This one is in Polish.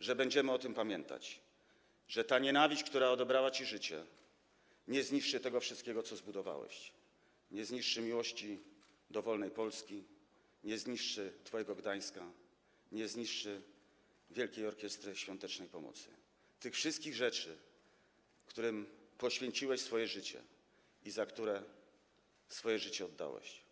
że będziemy o tym pamiętać, że ta nienawiść, która odebrała ci życie, nie zniszczy tego wszystkiego, co zbudowałeś, nie zniszczy miłości do wolnej Polski, nie zniszczy twojego Gdańska i nie zniszczy Wielkiej Orkiestry Świątecznej Pomocy - tych wszystkich rzeczy, którym poświęciłeś swoje życie i za które swoje życie oddałeś.